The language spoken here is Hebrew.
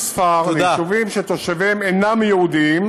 חברת הכנסת גרמן, אם לא תצעקי לא יהיה רעש.